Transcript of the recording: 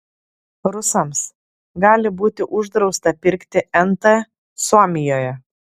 rusams gali būti uždrausta pirkti nt suomijoje